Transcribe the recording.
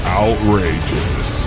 outrageous